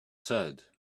said